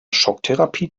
schocktherapie